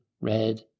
red